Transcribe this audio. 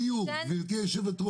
זה כמו בדיור גברתי היו"ר,